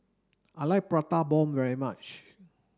I like prata bomb very much